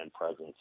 presence